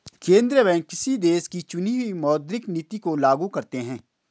केंद्रीय बैंक किसी देश की चुनी हुई मौद्रिक नीति को लागू करते हैं